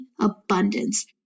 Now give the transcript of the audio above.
abundance